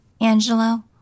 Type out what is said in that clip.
Angelo